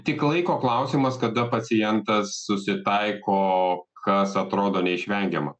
tik laiko klausimas kada pacientas susitaiko kas atrodo neišvengiama